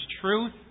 truth